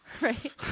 right